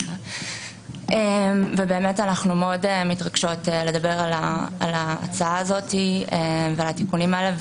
אנחנו מאוד מתרגשות לדבר על ההצעה הזאת ועל התיקונים האלה,